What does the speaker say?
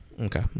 okay